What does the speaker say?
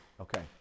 okay